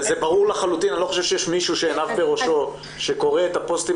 זה ברור לחלוטין ואני לא חושב שיש מישהו שעיניו בראשו שקורא את הפוסטים